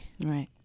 right